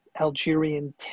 Algerian